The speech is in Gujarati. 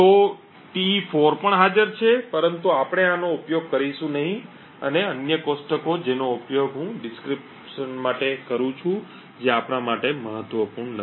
તો Te4 પણ હાજર છે પરંતુ આપણે આનો ઉપયોગ કરીશું નહીં અને અન્ય કોષ્ટકો જેનો ઉપયોગ હું ડિક્રિપ્શન માટે કરું છું જે આપણા માટે મહત્વપૂર્ણ નથી